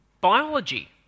biology